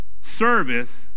service